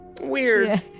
Weird